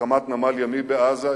הקמת נמל ימי בעזה,